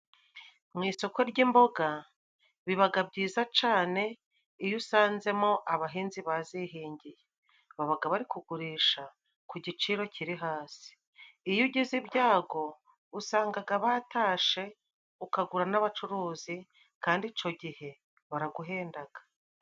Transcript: Mu isoko ry'imboga bibaga byiza cane iyo usanzemo abahinzi bazihengeye, babaga bari kugurisha ku giciro kiri hasi, iyo ugize ibyago usangaga batashe ukagura n'abacuruzi, kandi icyo gihe baraguhendaga.